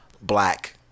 black